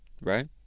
right